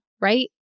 right